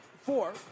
four